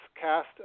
cast